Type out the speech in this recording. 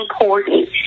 important